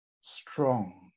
strong